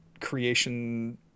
creation